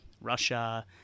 Russia